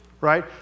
right